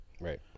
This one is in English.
Right